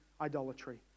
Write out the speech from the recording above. idolatry